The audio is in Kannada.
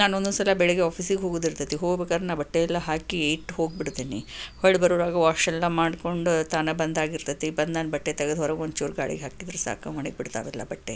ನಾನು ಒಂದೊಂದ್ಸಲ ಬೆಳಿಗ್ಗೆ ಆಫಿಸಿಗೆ ಹೋಗೋದಿರತೈತಿ ಹೋಗ್ಬೇಕಾದ್ರೆ ನಾನು ಬಟ್ಟೆ ಎಲ್ಲ ಹಾಕಿ ಇಟ್ಟು ಹೋಗ್ಬಿಡ್ತೀನಿ ಹೊಳ್ ಬರೋದ್ರೊಳಗೆ ವಾಶೆಲ್ಲ ಮಾಡಿಕೊಂಡು ತಾನೇ ಬಂದ್ ಆಗಿರ್ತೈತಿ ಬಂದು ನಾನು ಬಟ್ಟೆ ತೆಗೆದು ಹೊರಗೆ ಒಂಚೂರು ಗಾಳಿಗೆ ಹಾಕಿದರೆ ಸಾಕು ಒಣಗಿ ಬಿಡ್ತಾವೆಲ್ಲ ಬಟ್ಟೆ